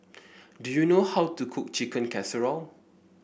do you know how to cook Chicken Casserole